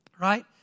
right